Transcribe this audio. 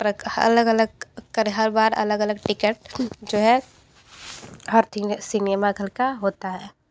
प्रकार अलग अलग हर बार अलग अलग टिकट जो है हर सिनेमा घर का होता है